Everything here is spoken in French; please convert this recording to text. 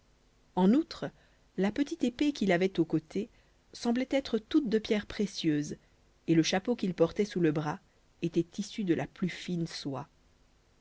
en outre la petite épée qu'il avait au côté semblait être toute de pierres précieuses et le chapeau qu'il portait sous le bras était tissu de la plus fine soie